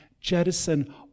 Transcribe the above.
jettison